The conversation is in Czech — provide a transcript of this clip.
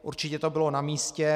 Určitě to bylo namístě.